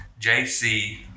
JC